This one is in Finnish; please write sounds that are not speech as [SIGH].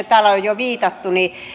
[UNINTELLIGIBLE] täällä on jo viitattu niin